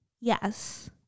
Yes